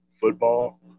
football